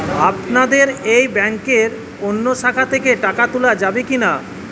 আপনাদের এই ব্যাংকের অন্য শাখা থেকে টাকা তোলা যাবে কি না?